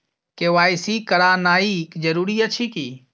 KYC करानाइ जरूरी अछि की?